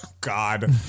God